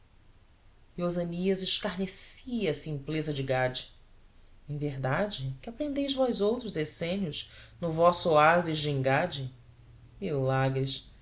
osânias escarnecia a simpleza de gade em verdade que aprendeis vós outros essênios no vosso oásis de engada milagres